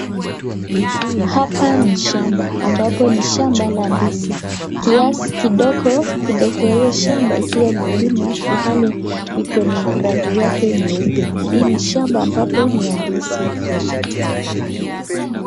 Hapa ni shamba, ambapo ni shamba la ndizi. Kiasi kidogo, kidogo ya hiyo shamba ikiwa imelimwa ilhali iko na rangi yake nyeupe. Hii ni shamba ambapo ni ya ndizi.